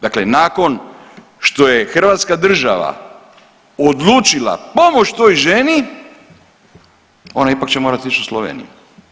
Dakle, nakon što je Hrvatska država odlučila pomoći toj ženi, ona će ipak morati ići u Sloveniju.